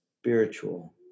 spiritual